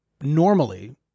normally